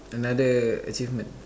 another achievement